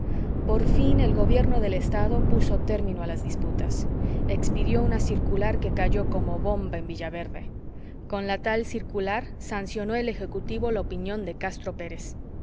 por fin el gobierno del estado puso término a las disputas expidió una circular que cayó como bomba en villaverde con la tal circular sancionó el ejecutivo la opinión de castro pérez